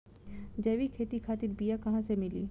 जैविक खेती खातिर बीया कहाँसे मिली?